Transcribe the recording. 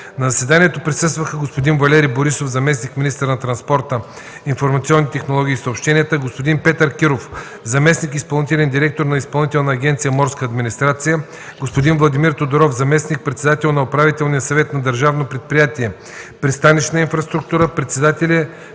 На заседанието присъстваха господин Валери Борисов – заместник-министър на транспорта, информационните технологии и съобщенията, господин Петър Киров – заместник-изпълнителен директор на Изпълнителна агенция „Морска администрация”, господин Владимир Тодоров – заместник-председател на Управителния съвет на Държавно предприятие „Пристанищна инфраструктура”, представители